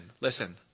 listen